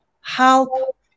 help